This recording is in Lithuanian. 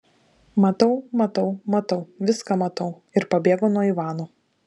matau matau matau viską matau ir pabėgo nuo ivano